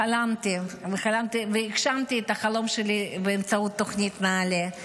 חלמתי והגשמתי את החלום שלי באמצעות תוכנית נעל"ה.